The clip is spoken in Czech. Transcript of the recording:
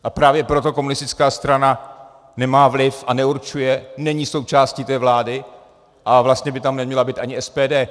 A právě proto komunistická strana nemá vliv a neurčuje, není součástí té vlády, a vlastně by tam neměla být ani SPD.